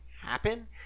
happen